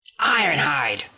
Ironhide